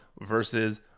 versus